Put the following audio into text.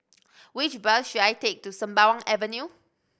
which bus should I take to Sembawang Avenue